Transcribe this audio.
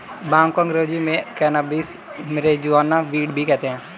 भांग को अंग्रेज़ी में कैनाबीस, मैरिजुआना, वीड भी कहते हैं